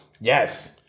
Yes